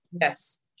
yes